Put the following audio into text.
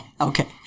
Okay